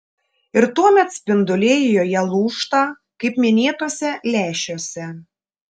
ir tuomet spinduliai joje lūžta kaip minėtuose lęšiuose